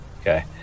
Okay